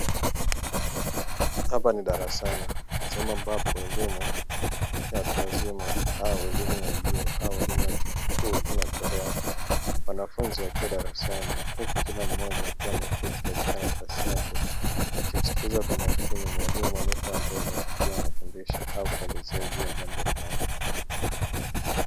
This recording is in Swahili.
Hapa ni darasani sehemu ambapo elimu ya watu wazima au elimu ya juu au elimu ya chuo kikuu inatolewa, wanafunzi wakiwa darasani huku kila mmoja akiwa ameketi katika nafasi yake wakimsikiliza kwa makini mwalimu aliyekuwa mbele akifundisha au kuelezea jambo fulani.